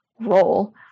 role